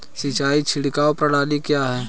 सिंचाई छिड़काव प्रणाली क्या है?